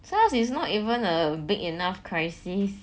SARS is not even a big enough crisis